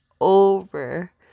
over